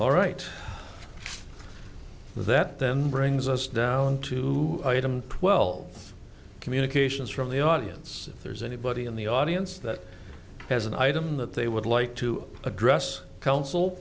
right that then brings us down to item twelve communications from the audience if there's anybody in the audience that has an item that they would like to address coun